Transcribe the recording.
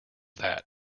that